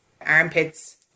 armpits